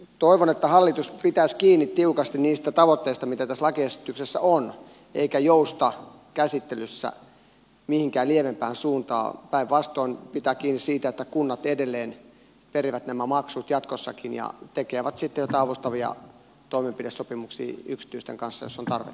toivon että hallitus pitäisi tiukasti kiinni niistä tavoitteista joita tässä lakiesityksessä on eikä jousta käsittelyssä mihinkään lievempään suuntaan päinvastoin pitää kiinni siitä että kunnat edelleen perivät nämä maksut jatkossakin ja tekevät sitten jotain avustavia toimenpidesopimuksia yksityisten kanssa jos on tarvetta